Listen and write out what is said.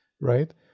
right